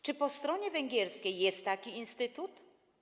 Czy po stronie węgierskiej jest taki instytut?